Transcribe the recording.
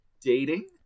dating